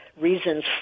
reasons